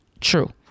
true